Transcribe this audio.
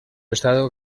estado